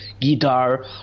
guitar